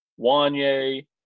Wanye